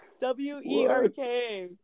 W-E-R-K